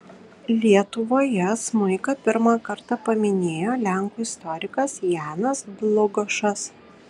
lietuvoje smuiką pirmą kartą paminėjo lenkų istorikas janas dlugošas